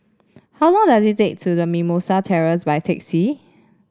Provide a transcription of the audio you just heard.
how long does it take to Mimosa Terrace by taxi